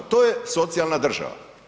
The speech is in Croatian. To je socijalna država.